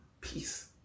peace